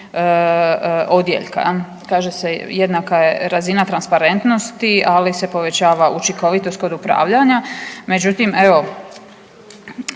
odjeljka. Kaže se jednaka razina transparentnosti ali se povećava učinkovitost kod upravljanja. Međutim evo,